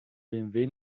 bmw